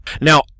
Now